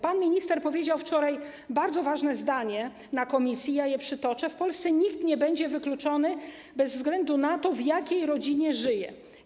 Pan minister powiedział wczoraj bardzo ważne zdanie na posiedzeniu komisji, ja je przytoczę: w Polsce nikt nie będzie wykluczony, bez względu na to, w jakiej rodzinie żyje.